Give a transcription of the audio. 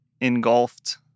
engulfed